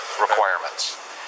requirements